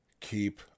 keep